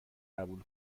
قبول